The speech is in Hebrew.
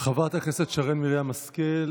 חברת הכנסת שרן מרים השכל,